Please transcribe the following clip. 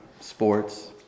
sports